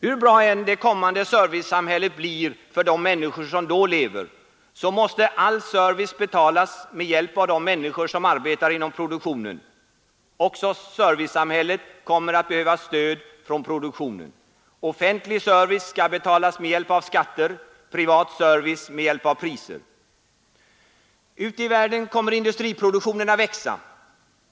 Hur bra det kommande servicesamhället än blir för de människor som då lever, måste all service betalas med hjälp av de människor som arbetar inom produktionen. Också servicesamhället kommer att behöva stöd från produktionen. Offentlig service skall betalas med hjälp av skatter, privat service med hjälp från priser. Ute i världen kommer industriproduktionen att växa.